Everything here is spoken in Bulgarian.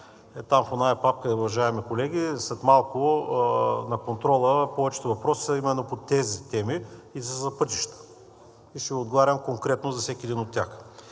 (посочва папката), уважаеми колеги, след малко на контрола повечето въпроси са именно по тези теми и са за пътищата, и ще отговарям конкретно за всеки един от тях.